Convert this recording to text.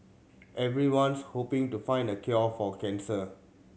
everyone's hoping to find the cure for cancer